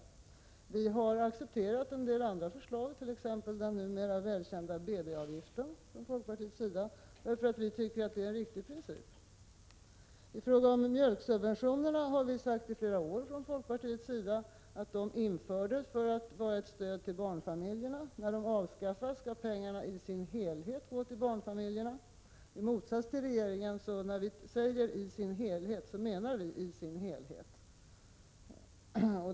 Folkpartiet har accepterat en del andra förslag, t.ex. den numera välkända BB-avgiften, därför att det är en riktig princip. I fråga om mjölksubventionerna har folkpartiet i flera år sagt att de infördes för att vara ett stöd till barnfamiljerna. När de avskaffas skall pengarna i sin helhet gå till barnfamiljerna. I motsats till regeringen menar vi vad vi säger när vi säger ”i sin helhet”.